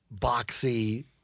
boxy